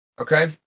Okay